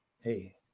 hey